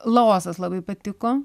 laosas labai patiko